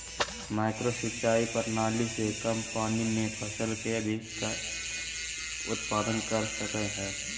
micro सिंचाई प्रणाली से कम पानी में फसल के अधिक उत्पादन कर सकय हइ